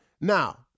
Now